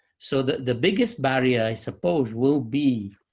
so the the biggest barrier, i suppose, will be